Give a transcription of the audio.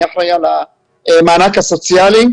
אני אחראי על המענק הסוציאלי.